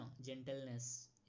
Gentleness